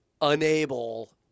unable